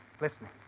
listening